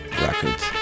Records